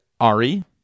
ARI